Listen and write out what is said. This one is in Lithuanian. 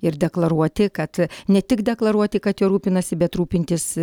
ir deklaruoti kad ne tik deklaruoti kad juo rūpinasi bet rūpintis